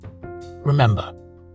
Remember